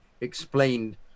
explained